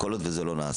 כל עוד שזה לא נעשה.